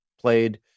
played